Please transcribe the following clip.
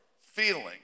feeling